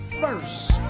first